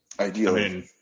Ideally